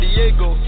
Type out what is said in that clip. Diego